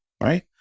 Right